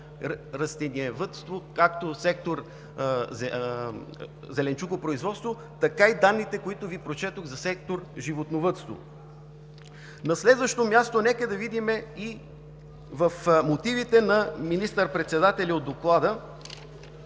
„Растениевъдство“ и „Зеленчукопроизводство“, така и данните, които Ви прочетох за сектор „Животновъдство“. На следващо място, нека да видим и в мотивите на министър-председателя от Доклада